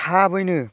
थाबैनो